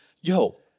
Yo